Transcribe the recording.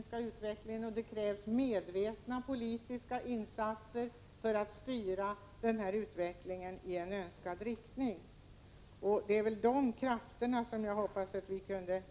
Vi är ense om att det krävs medvetna politiska insatser för att styra utvecklingen i en önskad riktning. Jag hoppas att vi kan enas om hur det skall gå till.